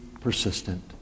persistent